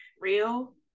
real